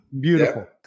Beautiful